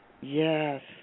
Yes